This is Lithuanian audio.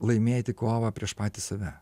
laimėti kovą prieš patį save